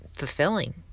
fulfilling